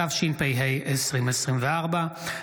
התשפ"ה 2024,